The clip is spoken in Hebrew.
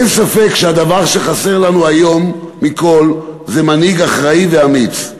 אין ספק שהדבר שחסר לנו היום מכול זה מנהיג אחראי ואמיץ.